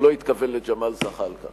הוא לא התכוון לג'מאל זחאלקה